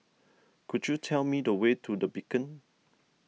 could you tell me the way to the Beacon